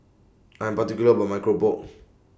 I Am particular about My Keropok